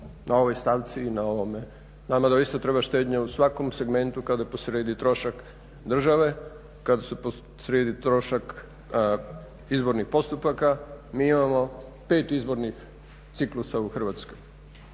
na ovoj stavci i na ovome. Naravno da mislimo da treba štednja u svakom segmentu kada je posrijedi trošak države, kada je posrijedi trošak izbornih postupaka. Mi imamo pet izbornih ciklusa u Hrvatskoj.